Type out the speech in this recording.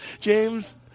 James